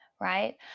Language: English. Right